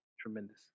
tremendous